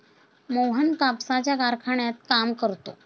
मोहन कापसाच्या कारखान्यात काम करतो